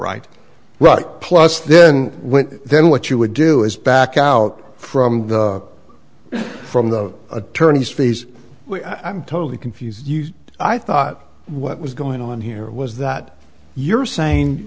right right plus then when then what you would do is back out from the from the attorneys fees i'm totally confused i thought what was going on here was that you're saying